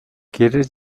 quieres